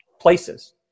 places